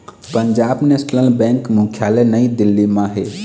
Punjab national bank मुख्यालय नई दिल्ली म हे